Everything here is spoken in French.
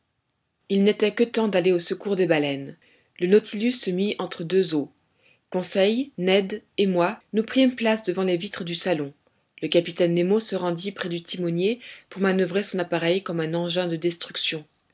il n'était que temps d'aller au secours des baleines le nautilus se mit entre deux eaux conseil ned et moi nous prîmes place devant les vitres du salon le capitaine nemo se rendit près du timonier pour manoeuvrer son appareil comme un engin de destruction